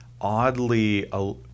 oddly